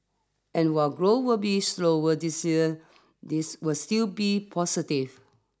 and while grow will be slower this year this will still be positive